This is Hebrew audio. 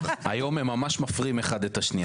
היום הם ממש מפרים אחד את השנייה.